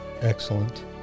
Excellent